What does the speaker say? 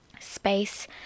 space